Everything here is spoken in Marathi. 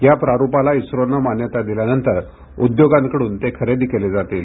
या प्रारुपाला इस्रोने मान्यता दिल्यानंतर उद्योगांकडून ते खरेदी केले जातील